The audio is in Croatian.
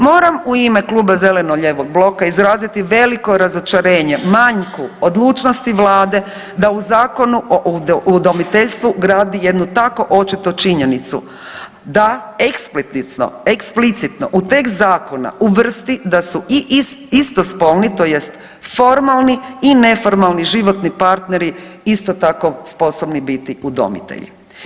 Moram u ime Kluba zeleno-lijevog bloka izraziti veliko razočarenje manjku odlučnosti Vlade da u Zakonu o udomiteljstvu gradi jednu tako očitu činjenicu da eksplicitno u tekst zakona uvrsti da su i istospolni tj. formalni i neformalni životni partneri isto tako sposobni biti udomitelji.